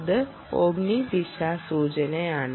അത് ഓമ്നി ദിശാസൂചനയാണ്